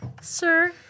Sir